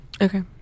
Okay